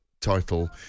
title